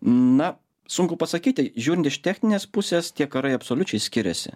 na sunku pasakyti žiūrint iš techninės pusės tie karai absoliučiai skiriasi